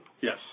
Yes